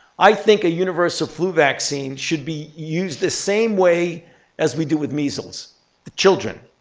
i think a universal flu vaccine should be used the same way as we do with measles the children.